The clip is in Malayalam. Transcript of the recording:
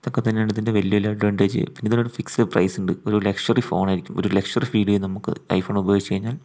ഇതൊക്കെത്തന്നെയാണ് ഇതിൻ്റെ വലിയ ഒരു അഡ്വാൻറ്റേജ് പിന്നെ ഇതിനൊരു ഫിക്സിഡ് പ്രൈസ് ഉണ്ട് ഒരു ലക്ഷ്വറി ഫോണായിരിക്കും ഒരു ലക്ഷ്വറി ഫീൽ ചെയ്യും നമുക്ക് ഐ ഫോൺ ഉപയോഗിച്ച് കഴിഞ്ഞാൽ